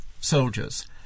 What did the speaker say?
soldiers